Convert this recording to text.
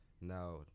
now